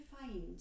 find